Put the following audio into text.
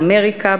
באמריקה,